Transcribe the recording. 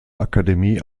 akademie